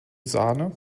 sahne